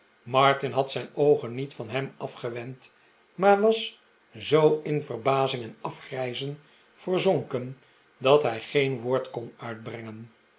martin had zijn oogen niet van hem afgewend maar was zoo in verbazing en afgrijzen verzonken dat hij geen woord kon uitbrengen